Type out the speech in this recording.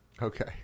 Okay